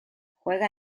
juega